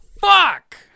fuck